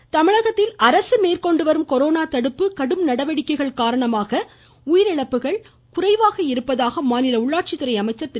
வேலுமணி தமிழகத்தில் அரசு மேற்கொண்டு வரும் கொரோனா தடுப்பு கடும் நடவடிக்கைகள் காரணமாக உயிரிழப்புகள் குறைவாக இருப்பதாக மாநில உள்ளாட்சித்துறை அமைச்சர் திரு